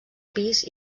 pis